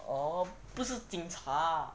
oh 不是警察 ah